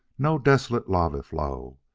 no desolate lava-flow,